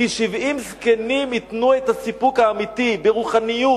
כי 70 זקנים ייתנו את הסיפוק האמיתי ברוחניות,